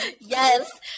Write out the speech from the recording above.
yes